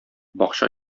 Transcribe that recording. бакча